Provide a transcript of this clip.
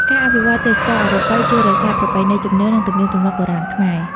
ការអភិវឌ្ឍទេសចរណ៍អរូបី ជួយរក្សារប្រពៃណីជំនឿ និងទំនៀមទម្លាប់បុរាណខ្មែរ។